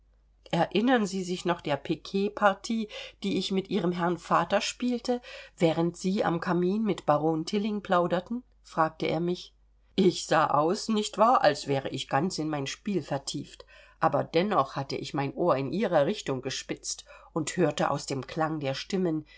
erinnern sie sich noch der piketpartie die ich mit ihrem herrn vater spielte während sie am kamin mit baron tilling plauderten fragte er mich ich sah aus nicht wahr als wäre ich ganz in mein spiel vertieft aber dennoch hatte ich mein ohr in ihrer richtung gespitzt und hörte aus dem klang der stimmen